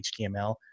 HTML